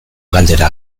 galdera